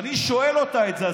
כשאני שואל אותה על זה,